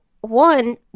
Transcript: one